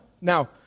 Now